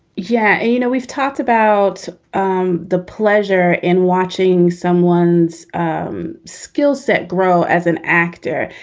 yeah you know, we've talked about um the pleasure in watching someone's um skill set grow as an actor.